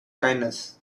kindness